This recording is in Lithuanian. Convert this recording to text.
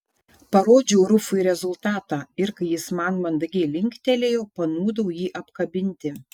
parodžiau rufui rezultatą ir kai jis man mandagiai linktelėjo panūdau jį apkabinti